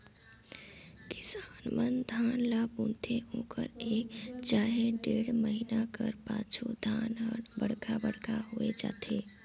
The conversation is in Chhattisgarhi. किसान मन धान ल बुनथे ओकर एक चहे डेढ़ महिना कर पाछू धान हर बड़खा बड़खा होए जाथे